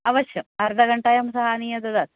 अवश्यम् अर्धघण्टायां सः आनीय ददाति